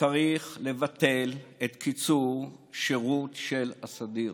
צריך לבטל את קיצור השירות הסדיר.